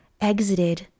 exited